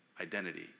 identity